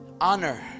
Honor